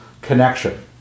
connection